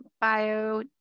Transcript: bio